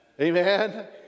amen